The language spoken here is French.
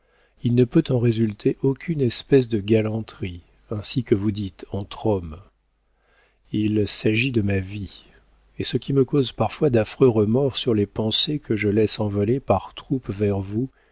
il ne peut en résulter aucune espèce de galanterie ainsi que vous dites entre hommes il s'agit de ma vie et ce qui me cause parfois d'affreux remords sur les pensées que je laisse envoler par troupes vers vous